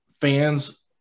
fans